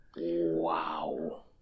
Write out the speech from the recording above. Wow